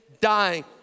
dying